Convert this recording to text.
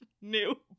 new